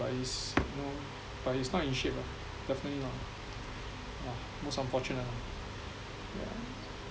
but he's you know but he's not in shape lah definitely not lah yeah most unfortunate lah yeah